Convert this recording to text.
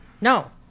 No